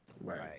Right